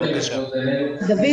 לגבי